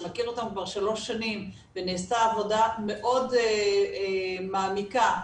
שהוא מכיר אותם כבר שלוש שנים ונעשתה עבודה מאוד מעמיקה ומתועדת,